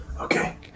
Okay